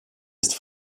ist